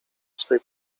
swej